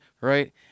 right